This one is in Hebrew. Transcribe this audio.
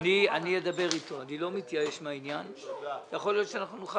אני לא מתייאש מהעניין ויכול להיות שנוכל